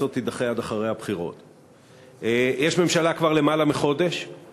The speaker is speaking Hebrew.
זאת אומרת, לפני יותר משנתיים.